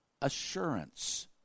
assurance